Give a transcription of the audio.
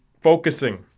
focusing